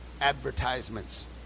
advertisements